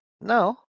now